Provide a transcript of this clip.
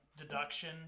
deduction